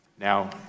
now